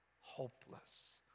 hopeless